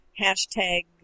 Hashtag